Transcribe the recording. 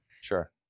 Sure